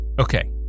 Okay